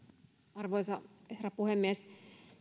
arvoisa herra puhemies